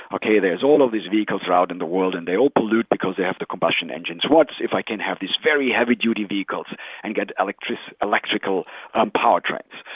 okay, there's all of these vehicles throughout in the world and they all pollute because they have the combustion engines. what if i can have these very heavy duty vehicles and get electrical electrical ah power trends?